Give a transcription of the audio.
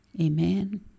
Amen